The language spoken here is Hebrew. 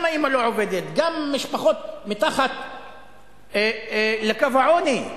גם האמא לא עובדת, גם משפחות מתחת לקו העוני,